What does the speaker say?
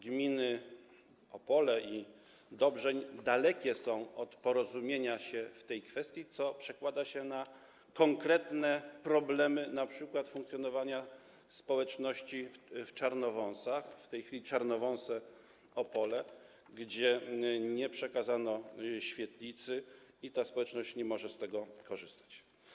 Gminy Opole i Dobrzeń dalekie są od porozumienia się w tej kwestii, co przekłada się na konkretne problemy, np. w zakresie funkcjonowania społeczności w Czarnowąsach - w tej chwili Czarnowąsy Opole - gdzie nie przekazano świetlicy i ta społeczność nie może z tego korzystać.